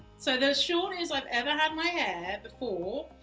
so the shortest i've ever had my hair before